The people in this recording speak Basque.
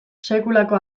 sekulako